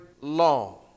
long